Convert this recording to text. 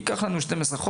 זה ייקח לנו 12 חודש,